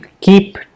keep